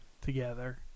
together